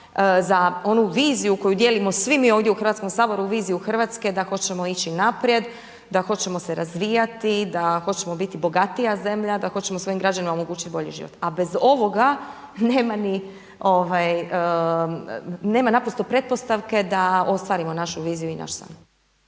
za onu viziju koju dijelimo svi mi ovdje u Hrvatskom saboru, viziju Hrvatske da hoćemo ići naprijed, da hoćemo se razvijati, da hoćemo biti bogatija zemlja, da hoćemo svojim građanima omogućiti bolji život. A bez ovoga nema naprosto pretpostavke da ostvarimo našu viziju i naš san.